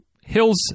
hills